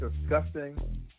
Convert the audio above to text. disgusting